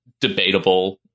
debatable